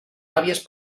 àvies